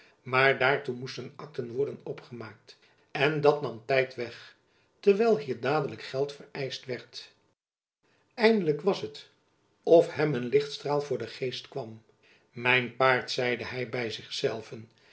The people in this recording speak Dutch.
maar daartoe moesten akten worden opgemaakt en dat nam tijd weg terwijl hier dadelijk geld vereischt werd eindelijk was het of hem een lichtstraal voor den geest kwam mijn paard zeide hy by zich zelven